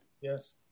yes